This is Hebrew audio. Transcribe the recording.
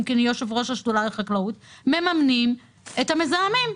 כי אני יושב-ראש השדולה לחקלאות מממנים את המזהמים.